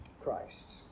Christ